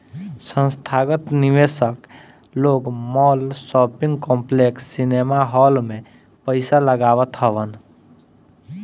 संथागत निवेशक लोग माल, शॉपिंग कॉम्प्लेक्स, सिनेमाहाल में पईसा लगावत हवन